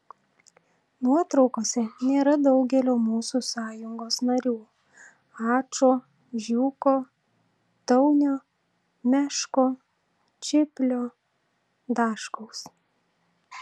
nuotraukose nėra daugelio mūsų sąjungos narių ačo žiūko taunio meško čiplio daškaus